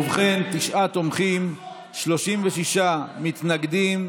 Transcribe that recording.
ובכן, תשעה תומכים, 36 מתנגדים.